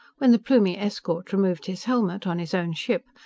when the plumie escort removed his helmet, on his own ship,